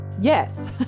yes